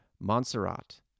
Montserrat